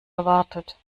erwartet